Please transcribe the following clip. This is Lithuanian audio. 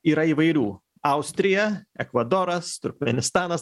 yra įvairių austrija ekvadoras turkmėnistanas